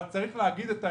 אבל צריך להגיד את האמת: